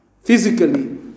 physically